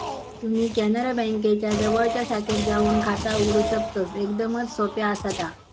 तुम्ही कॅनरा बँकेच्या जवळच्या शाखेत जाऊन खाता उघडू शकतस, एकदमच सोप्या आसा ता